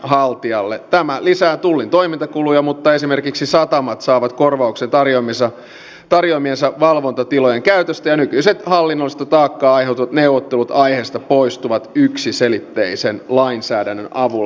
tämä lisää tullin toimintakuluja mutta esimerkiksi satamat saavat korvaukset tarjoamiensa valvontatilojen käytöstä ja nykyiset hallinnollista taakkaa aiheuttavat neuvottelut aiheesta poistuvat yksiselitteisen lainsäädännön avulla